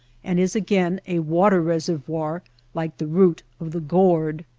and is again a water reservoir like the root of the gourd.